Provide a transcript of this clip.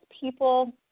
people